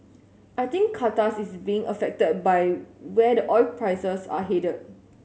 I think Qantas is being affected by where the oil prices are headed